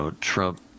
Trump